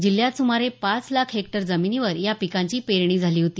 जिल्ह्यात सुमारे पाच लाख हेक्टर जमिनीवर या पिकांची पेरणी झाली होती